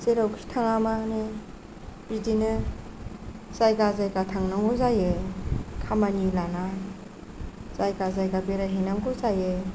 जेरावखि थाङा मानो बिदिनो जायगा जायगा थांनांगौ जायो खामानि लाना जायगा जायगा बेरायहैनांगौ जायो